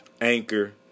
Anchor